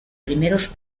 primeros